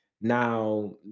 now